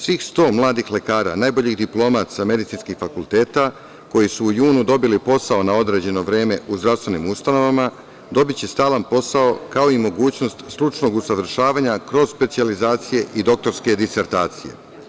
Svih sto mladih lekara, najboljih diploma sa medicinskih fakulteta koji su u junu dobili posao na određeno vreme u zdravstvenim ustanovama dobiće stalan posao kao i mogućnost stručnog usavršavanja kroz specijalizacije i doktorske disertacije.